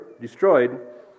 destroyed